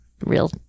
real